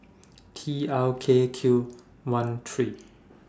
T R K Q one three